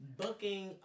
booking